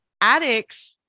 addicts